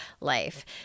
life